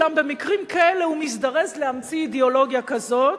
אולם במקרים כאלה הוא מזדרז להמציא אידיאולוגיה כזאת.